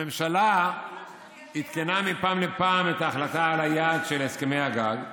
הממשלה עדכנה מפעם לפעם את ההחלטה על היעד של הסכמי הגג,